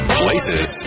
places